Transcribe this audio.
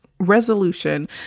resolution